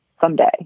someday